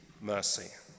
mercy